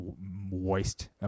moist